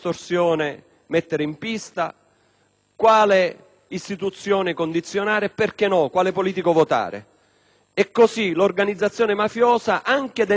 quali istituzioni condizionare e - perché no? - quale politico votare. E così l'organizzazione mafiosa anche dentro le carceri riesce a